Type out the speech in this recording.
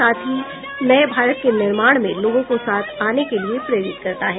साथ ही नए भारत के निर्माण में लोगों को साथ आने के लिए प्रेरित करता है